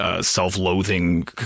Self-loathing